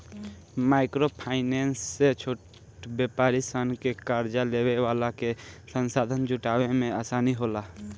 micro finance से छोट व्यापारी सन के कार्जा लेवे वाला के संसाधन जुटावे में आसानी होला